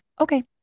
okay